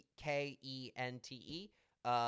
K-E-N-T-E